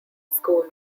school